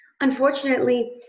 unfortunately